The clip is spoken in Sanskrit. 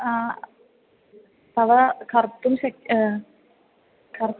तव कर्तुं शक्यं कर्